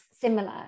similar